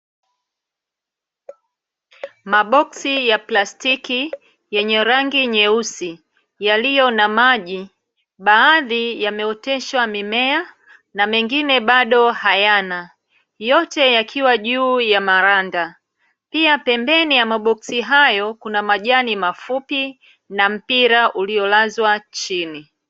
Maboksi ya plastiki yenye rangi nyeusi, yaliyo na maji, baadhi yameoteshwa mimea na mengine bado hayana. Yote yakiwa juu ya maranda. Pia pembeni ya maboksi hayo kuna majani mafupi na mpira uliolazwa chini.